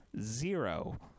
zero